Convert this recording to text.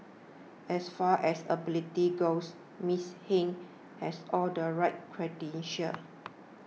as far as ability goes Ms Hing has all the right credentials